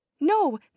no